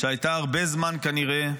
שהייתה הרבה זמן כנראה.